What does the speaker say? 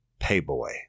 Payboy